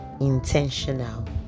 intentional